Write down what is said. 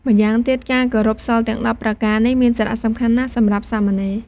ម្យ៉ាងទៀត ការគោរពសីលទាំង ១០ ប្រការនេះ មានសារៈសំខាន់ណាស់សម្រាប់សាមណេរ។